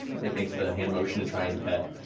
and like makes the hand motion to try and pet